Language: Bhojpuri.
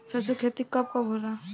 सरसों के खेती कब कब होला?